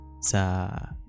sa